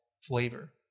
flavor